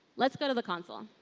let's go to the console.